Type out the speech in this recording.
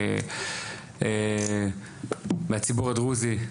מהציבור הדרוזי,